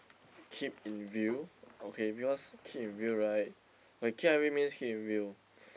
keep in view okay because keep in view right like K_I_V means keep in view